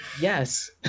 Yes